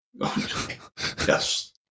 Yes